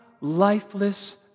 lifeless